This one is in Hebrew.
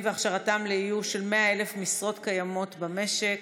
והכשרתם לאיוש של 100,000 משרות קיימות במשק,